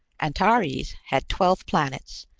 antares had twelve planets,